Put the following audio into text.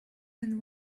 and